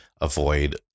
avoid